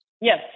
Yes